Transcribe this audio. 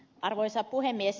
arvoisa puhemies